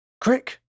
Crick